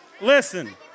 listen